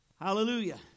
Hallelujah